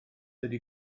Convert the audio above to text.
ydy